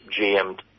GM